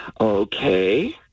Okay